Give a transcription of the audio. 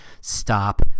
stop